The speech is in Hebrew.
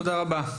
תודה רבה.